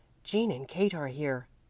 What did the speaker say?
jean and kate are here,